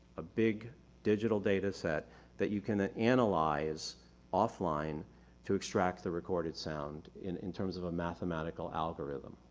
a big digital data set that you can ah analyze offline to extract the recorded sound in in terms of a mathematical algorithm.